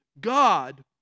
God